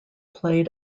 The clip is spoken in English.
played